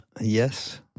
Yes